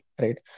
right